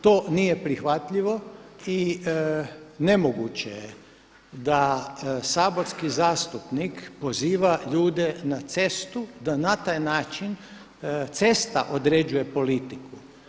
To nije prihvatljivo i nemoguće je da saborski zastupnik poziva ljude na cestu da na taj način cesta određuje politiku.